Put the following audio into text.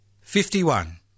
fifty-one